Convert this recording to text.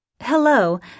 Hello